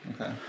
okay